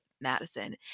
Madison